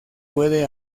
puede